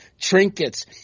trinkets